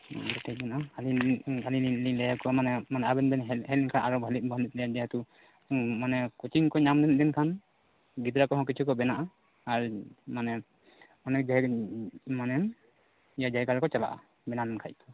ᱢᱤᱫᱴᱮᱱ ᱢᱮᱱᱟᱜᱼᱟ ᱦᱟ ᱱᱤ ᱦᱟ ᱱᱤ ᱞᱤᱧ ᱞᱟᱹᱭᱟᱠᱚᱣᱟ ᱢᱟᱱᱮ ᱢᱟᱱᱮ ᱟᱵᱮᱱ ᱵᱮᱱ ᱦᱮᱡ ᱞᱮᱱᱠᱷᱟᱱ ᱟᱨᱚ ᱵᱷᱟᱞᱮ ᱵᱷᱟᱞᱮᱜ ᱜᱮᱭᱟ ᱡᱮᱦᱮᱛᱩ ᱢᱟᱱᱮ ᱠᱳᱪᱤᱝ ᱠᱚ ᱧᱟᱢ ᱧᱚᱜ ᱞᱮᱱ ᱠᱷᱟᱱ ᱜᱤᱫᱽᱨᱟᱹ ᱠᱚᱦᱚᱸ ᱠᱤᱪᱷᱩ ᱠᱚ ᱵᱮᱱᱟᱜᱼᱟ ᱟᱨ ᱢᱟᱱᱮ ᱚᱱᱮᱠ ᱰᱷᱮᱨ ᱢᱟᱱᱮ ᱤᱧᱟᱹᱜ ᱡᱟᱭᱜᱟ ᱨᱮᱠᱚ ᱪᱟᱞᱟᱜᱼᱟ ᱵᱮᱱᱟᱣ ᱞᱮᱱ ᱠᱷᱟᱡ ᱠᱚ